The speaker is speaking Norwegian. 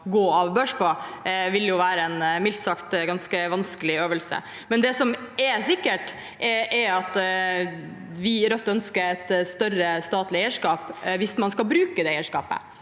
å gå av børs, vil jo være en mildt sagt ganske vanskelig øvelse. Det som er sikkert, er at vi i Rødt ønsker et større statlig eierskap, hvis man skal bruke det eierskapet.